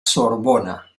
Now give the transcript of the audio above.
sorbona